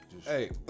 Hey